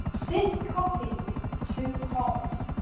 this coffee is too hot